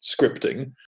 scripting